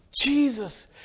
Jesus